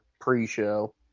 pre-show